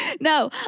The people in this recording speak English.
No